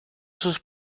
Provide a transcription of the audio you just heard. sus